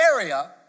area